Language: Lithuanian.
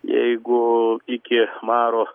jeigu iki maro